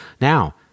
Now